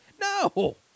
No